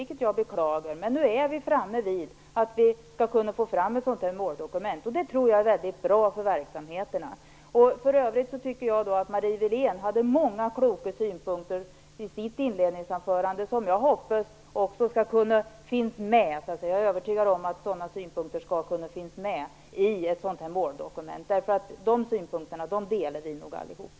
Det beklagar jag, men nu är vi framme och skall kunna få ett måldokument. Det tror jag är bra för verksamheterna. För övrigt tycker jag att Marie Wilén hade många kloka synpunkter i sitt inledningsanförande. Jag är övertygad om att sådana synpunkter skall kunna finnas med i ett sådant måldokument. De synpunkterna delar vi nog allihop.